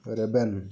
ᱨᱮᱵᱮᱱ